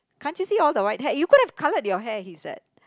can't you see all the white hair you could have coloured your hair he said